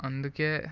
అందుకే